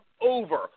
over